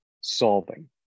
solving